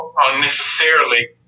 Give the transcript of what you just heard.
unnecessarily